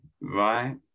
right